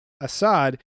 Assad